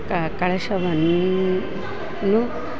ಕ ಕಳಶವನ್ನು